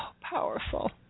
powerful